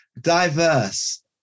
diverse